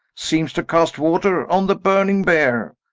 seems to cast water on the burning bear,